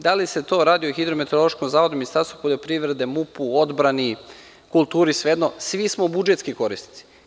Da li se to radi o RHMZ-u, Ministarstvu poljoprivrede, MUP-u, odbrani, kulturi, svejedno, svi smo budžetski korisnici.